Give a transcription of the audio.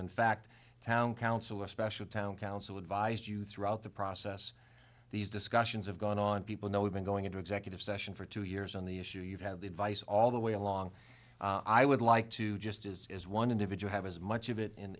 in fact town council or special town council advised you throughout the process these discussions have gone on people now we've been going into executive session for two years on the issue you have the advice all the way along i would like to just as one individual have as much of it in